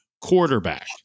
quarterback